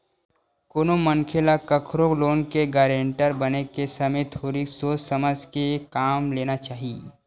कोनो मनखे ल कखरो लोन के गारेंटर बने के समे थोरिक सोच समझ के काम लेना चाही